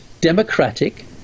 democratic